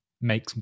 make